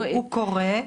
הוא קורה.